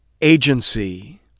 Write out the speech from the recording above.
agency